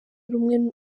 rumwe